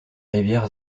rivière